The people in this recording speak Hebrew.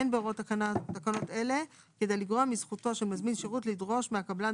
אין בהוראות תקנות אלה כדי לגרוע מזכותו של מזמין שירות לדרוש מהקבלן,